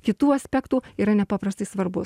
kitų aspektų yra nepaprastai svarbus